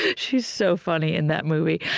she's so funny in that movie.